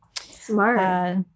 smart